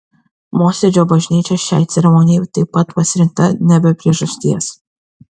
mosėdžio bažnyčia šiai ceremonijai taip pat pasirinkta ne be priežasties